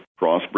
crossbreed